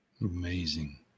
Amazing